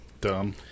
Dumb